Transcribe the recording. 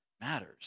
matters